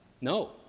No